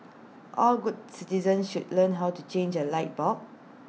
all good citizens should learn how to change A light bulb